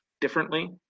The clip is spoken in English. differently